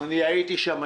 אני הייתי שם,